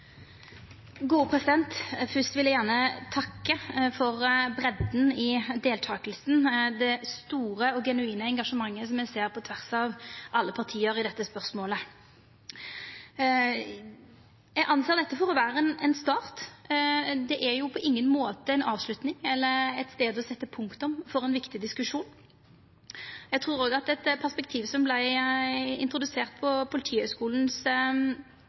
vil eg gjerne takka for breidda i deltakinga og det store og genuine engasjementet ein ser på tvers av alle parti i dette spørsmålet. Eg ser på dette som ein start. Det er på ingen måte ei avslutning eller ein stad å setja punktum for ein viktig diskusjon. Eg trur at det perspektivet som vart introdusert på Politihøgskolens